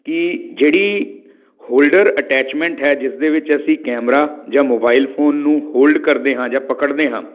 ਕਿ ਜਿਹੜੀ holder attachment ਹੈ ਜਿਸ ਦੇ ਵਿੱਚ ਅਸੀਂ ਕੈਮਰਾ ਜਾਂ ਮੋਬਾਈਲ ਫੋਨ ਨੂੰ ਹੋਲਡ ਕਰਦੇ ਹਾਂ ਜਾਂ ਪਕੜਦੇ ਹਾਂ